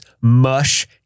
Mush